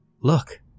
look